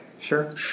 Sure